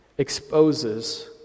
Exposes